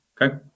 okay